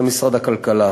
זה משרד הכלכלה.